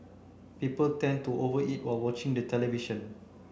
people tend to over eat while watching the television